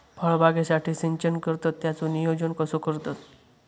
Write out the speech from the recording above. फळबागेसाठी सिंचन करतत त्याचो नियोजन कसो करतत?